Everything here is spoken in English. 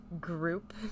group